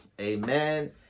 Amen